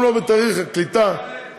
גם לא בתהליך הקליטה,